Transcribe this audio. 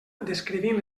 descrivint